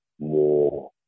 more